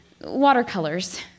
Watercolors